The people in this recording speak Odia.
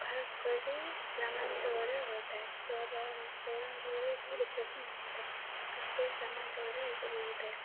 ଖାସ୍ କରି ଗ୍ରାମାଞ୍ଚଳରେ ହୋଇଥାଏ ସହରା ସହରାଞ୍ଚଳରେ ଏସବୁ ଦେଖିବାକୁ ମିଳିନଥାଏ ଖାସ୍ କରି ଗ୍ରାମାଞ୍ଚଳରେ ଏସବୁ ହୋଇଥାଏ